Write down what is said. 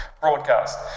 broadcast